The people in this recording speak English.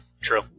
True